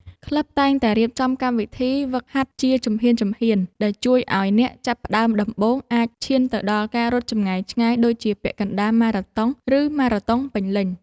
ក្លឹបតែងតែរៀបចំកម្មវិធីហ្វឹកហាត់ជាជំហានៗ ដែលជួយឱ្យអ្នកចាប់ផ្ដើមដំបូងអាចឈានទៅដល់ការរត់ចម្ងាយឆ្ងាយដូចជាពាក់កណ្ដាលម៉ារ៉ាតុង ឬម៉ារ៉ាតុងពេញលេញ។